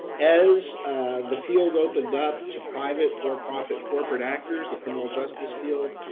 as the field opened up to private for-profit corporate actors, the criminal justice field.